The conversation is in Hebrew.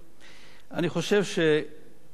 אני חושב שהזדרזת מאוד,